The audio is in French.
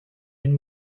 une